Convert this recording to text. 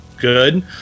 Good